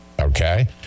okay